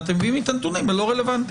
ואתם מביאים לי נתונים לא רלוונטיים.